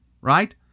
right